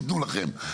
יתנו לכם.